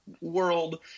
world